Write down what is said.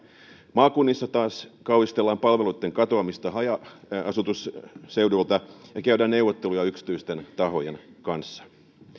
maakunnissa taas kauhistellaan palveluitten katoamista haja asutusseudulta ja käydään neuvotteluja yksityisten tahojen kanssa